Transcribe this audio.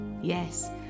Yes